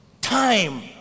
time